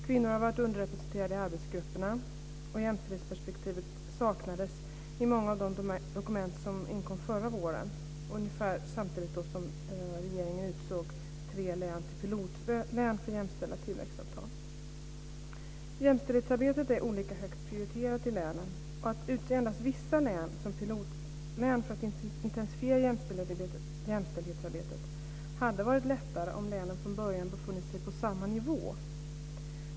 Kvinnor har varit underrepresenterade i arbetsgrupperna, och jämställdhetsperspektivet saknas i många av de dokument som inkom förra våren, ungefär samtidigt som regeringen utsåg tre län till pilotlän för jämställda tillväxtavtal. Jämställdhetsarbetet är olika högt prioriterat i länen. Att utse endast vissa län som pilotlän för att intensifiera jämställdhetsarbetet hade varit lättare om länen från början befunnit sig på samma nivå.